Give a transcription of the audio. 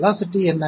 velocity என்ன